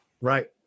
Right